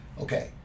okay